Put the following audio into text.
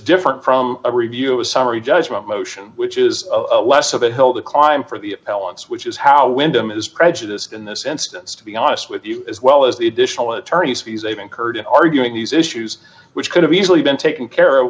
different from a review a summary judgment motion which is less of a hill to climb for the balance which is how wyndham is prejudice in this instance to be honest with you as well as the additional attorney's fees even curd in arguing these issues which could have easily been taken care of